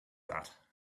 that